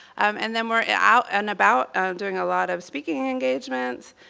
um and then we're out and about doing a lot of speaking engagements,